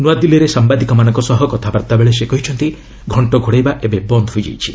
ନ୍ତଆଦିଲ୍ଲୀରେ ସାମ୍ଭାଦିକମାନଙ୍କ ସହ କଥାବାର୍ତ୍ତା ବେଳେ ସେ କହିଛନ୍ତି ଘଣ୍ଟ ଘୋଡ଼ାଇବା ଏବେ ବନ୍ଦ ହୋଇଯାଇଛି